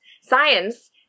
Science